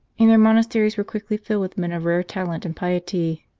and their monasteries were quickly filled with men of rare talent and piety.